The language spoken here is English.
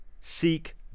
seek